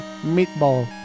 Meatball